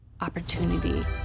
opportunity